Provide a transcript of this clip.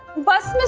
bus.